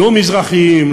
לא מזרחים,